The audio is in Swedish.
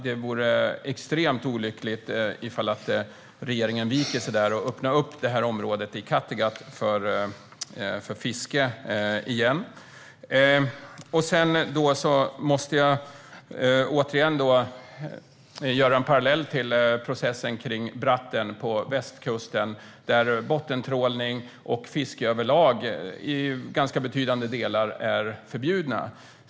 Det vore extremt olyckligt om regeringen viker sig och öppnar upp området i Kattegatt för fiske igen. Återigen måste jag dra en parallell till processen kring Bratten på västkusten, där bottentrålning och fiske överlag i ganska betydande delar är förbjudna.